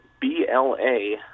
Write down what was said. B-L-A